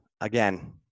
again